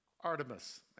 Artemis